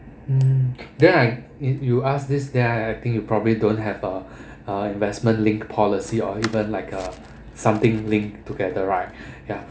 mm then I you ask this then I think you probably don't have a uh investment linked policy or even like a something linked together right ya